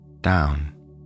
down